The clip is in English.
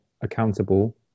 accountable